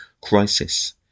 crisis